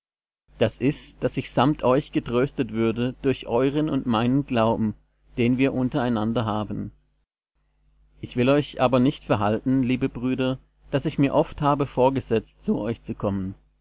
das ist daß ich samt euch getröstet würde durch euren und meinen glauben den wir untereinander haben ich will euch aber nicht verhalten liebe brüder daß ich mir oft habe vorgesetzt zu euch zu kommen